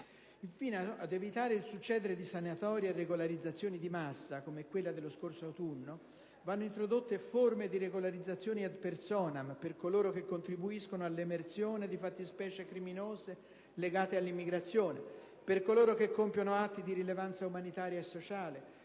fine di evitare il succedersi di sanatorie e regolarizzazioni di massa, come quella dello scorso autunno, vanno introdotte forme di regolarizzazioni *ad personam* per coloro che contribuiscono all'emersione di fattispecie criminose legate all'immigrazione; per coloro che compiono atti di rilevanza umanitaria e sociale;